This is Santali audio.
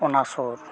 ᱚᱱᱟ ᱥᱩᱨ